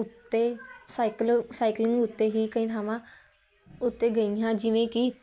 ਉੱਤੇ cycle cycling ਉੱਤੇ ਹੀ ਕਈ ਥਾਵਾਂ ਉੱਤੇ ਗਈ ਹਾਂ ਜਿਵੇਂ ਕਿ